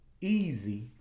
easy